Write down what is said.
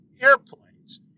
airplanes